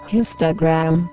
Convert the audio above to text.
Histogram